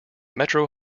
metro